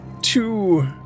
two